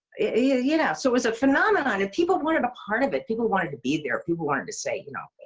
yeah, you know so it was a phenomenon, and people wanted a part of it. people wanted to be there. people wanted to say, you know,